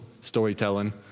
storytelling